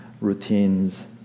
routines